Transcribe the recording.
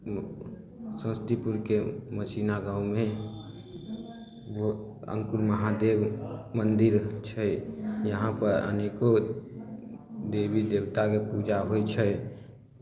समस्तीपुरके मसीना गाँवमे अङ्कुर महादेव मन्दिर छै यहाँपर अनेको देवी देवताके पूजा होइ छै